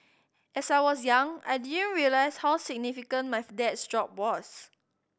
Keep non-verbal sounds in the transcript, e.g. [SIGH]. as I was young I didn't realise how significant my [UNINTELLIGIBLE] dad's job was